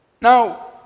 Now